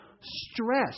stress